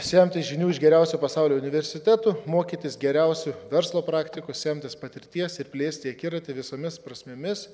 semtis žinių iš geriausių pasaulio universitetų mokytis geriausių verslo praktikų semtis patirties ir plėsti akiratį visomis prasmėmis